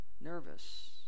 nervous